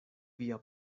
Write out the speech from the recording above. via